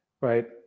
right